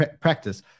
practice